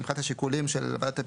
מבחינת השיקולים של ועדת הפיתוח,